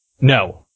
No